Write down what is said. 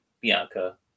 Bianca